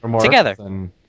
together